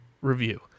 review